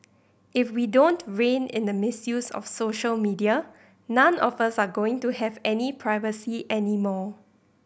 if we don't rein in the misuse of social media none of us are going to have any privacy anymore